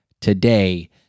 today